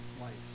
lights